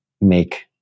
make